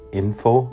info